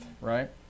right